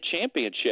championship